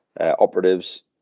operatives